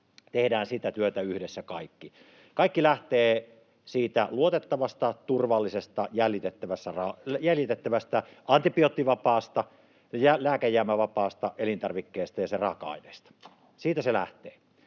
Tehdään sitä työtä yhdessä kaikki. Kaikki lähtee siitä luotettavasta, turvallisesta, jäljitettävästä, antibioottivapaasta, lääkejäämävapaasta elintarvikkeesta ja sen raaka-aineista. Siitä se lähtee.